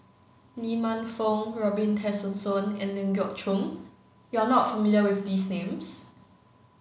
Lee Man Fong Robin Tessensohn and Ling Geok Choon you are not familiar with these names